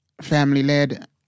family-led